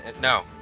No